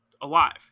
alive